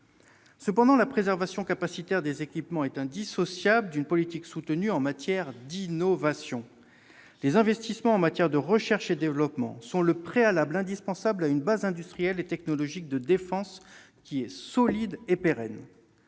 Cependant, préserver nos capacités matérielles exige une politique soutenue en matière d'innovation. Les investissements en termes de recherche et développement sont le préalable indispensable à une base industrielle et technologique de défense solide et pérenne.